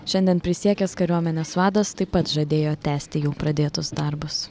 šiandien prisiekęs kariuomenės vadas taip pat žadėjo tęsti jau pradėtus darbus